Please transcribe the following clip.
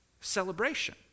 celebration